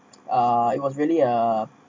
uh it was really a